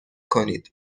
کنید